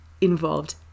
involved